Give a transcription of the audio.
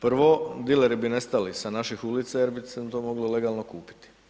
Prvo, dileri bi nestali sa naših ulica jer bi se to moglo legalno kupiti.